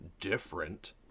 different